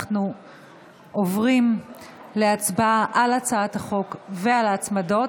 אנחנו עוברים להצבעה על הצעת החוק ועל ההצמדות.